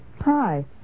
Hi